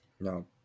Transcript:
no